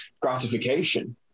gratification